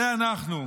אלה אנחנו,